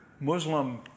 Muslim